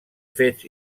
fets